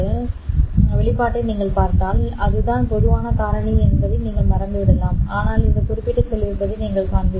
எனவே இந்த வெளிப்பாட்டை நீங்கள் பார்த்தால் அதுதான் இது பொதுவான காரணி என்பதை நீங்கள் மறந்துவிடலாம் ஆனால் அந்த குறிப்பிட்ட சொல் இருப்பதை நீங்கள் காண்பீர்கள்